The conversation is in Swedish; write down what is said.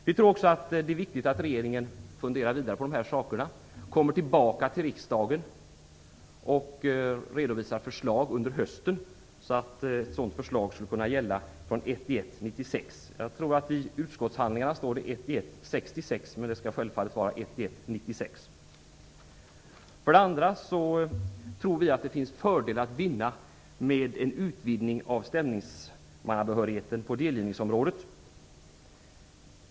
Vi tror också att det är viktigt att regeringen funderar vidare på de här sakerna, kommer tillbaka till riksdagen och redovisar förslag under hösten, så att ett sådant förslag skulle kunna gälla från den 1 januari 1996. Jag tror att det i utskottshandlingarna står den 1 januari 1966, men det skall självfallet vara den 1 januari 1996. För det andra tror vi att det finns fördelar att vinna med en utvidgning av stämningsmannabehörigheten på delgivningsområdet.